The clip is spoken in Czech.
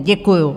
Děkuju.